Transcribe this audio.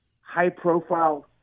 high-profile –